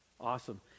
Awesome